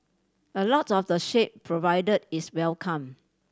a lot of the shade provided is welcome